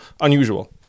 unusual